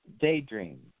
Daydream